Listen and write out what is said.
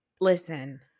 listen